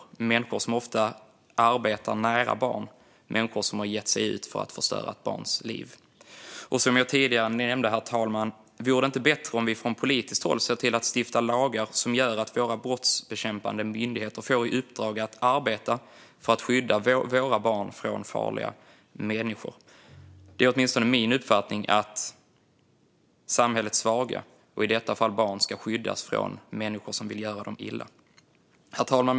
Det är ofta människor som arbetar nära barn och människor som har gett sig ut för att förstöra ett barns liv. Som jag tidigare nämnde, herr talman: Vore det inte bättre om vi från politiskt håll såg till att stifta lagar som gör att våra brottsbekämpande myndigheter får i uppdrag att arbeta för att skydda våra barn från farliga människor? Det är åtminstone min uppfattning att samhällets svaga, i detta fall barn, ska skyddas mot de människor som vill göra dem illa. Herr talman!